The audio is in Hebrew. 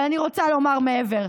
אבל אני רוצה לומר מעבר,